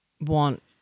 want